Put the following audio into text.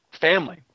family